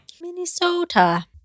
minnesota